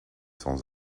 sans